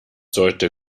sollte